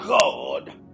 god